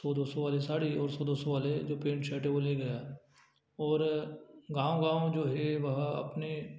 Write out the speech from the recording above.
सौ दो सौ वाली साड़ी और सौ दो सौ वाले जो पैंट शर्ट है वो ले गया और गाँव गाँव जो है वह अपने